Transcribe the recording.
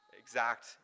exact